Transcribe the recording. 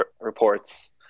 reports